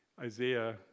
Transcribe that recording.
Isaiah